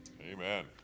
Amen